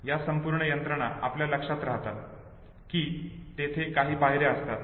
या संपूर्ण यंत्रणा आपल्या लक्षात राहतात की तेथे काही पायऱ्या असतात